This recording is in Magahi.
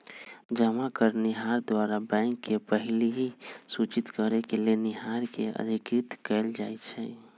जमा करनिहार द्वारा बैंक के पहिलहि सूचित करेके लेनिहार के अधिकृत कएल जाइ छइ